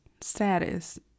status